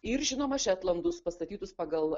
ir žinoma šetlandus pastatytus pagal